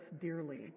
dearly